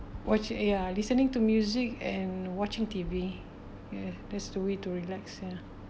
watch eh ya listening to music and watching T_V ya that's the way to relax ya